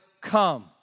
come